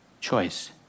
choice